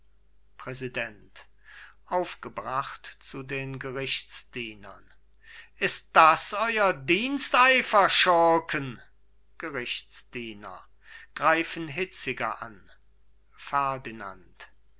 gerichtsdienern ist das euer diensteifer schurken gerichtsdiener greifen hitziger